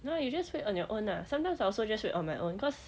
no you just wait on your own lah sometimes I also just wait on my own cause